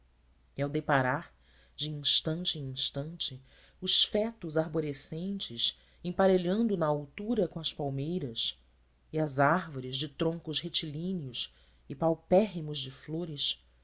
ao deparar de instante em instante os fetos arborescentes emparelhando na altura com as palmeiras e as árvores de troncos retilíneos e paupérrimos de flores